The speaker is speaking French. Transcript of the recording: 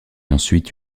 ensuite